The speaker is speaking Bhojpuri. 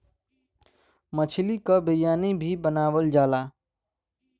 मछली क बिरयानी भी बनावल जाला